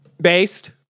Based